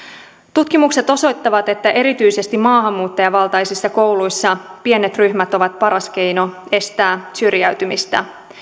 tutkimukset osoittavat että erityisesti maahanmuuttajavaltaisissa kouluissa pienet ryhmät ovat paras keino estää syrjäytymistä